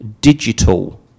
digital